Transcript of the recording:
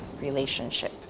relationship